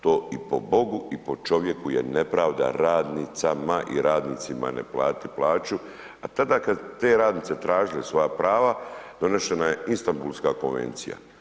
To i po Bogu i po čovjeku je nepravda radnicama i radnicima ne platiti plaću, a tada kad te radnice tražile svoja prava, donešena je Istambulska konvencija.